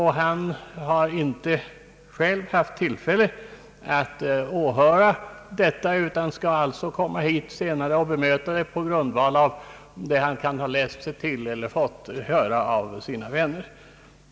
Han har inte själv haft tillfälle att åhöra denna kritik utan skall komma hit senare och bemöta den på grundval av vad han kan ha läst sig till eller fått höra av sina vänner.